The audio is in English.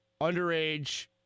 underage